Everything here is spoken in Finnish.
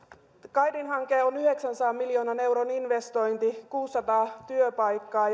kaidin hanke on yhdeksänsadan miljoonan euron investointi kuusisataa työpaikkaa